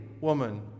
woman